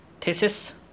thesis